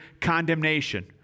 condemnation